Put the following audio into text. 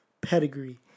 pedigree